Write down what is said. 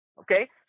okay